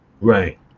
right